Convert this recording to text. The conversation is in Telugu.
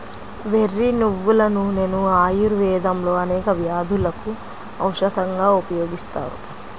వెర్రి నువ్వుల నూనెను ఆయుర్వేదంలో అనేక వ్యాధులకు ఔషధంగా ఉపయోగిస్తారు